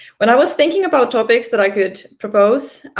when i was thinking about topics that i could propose,